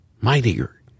mightier